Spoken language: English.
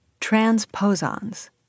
transposons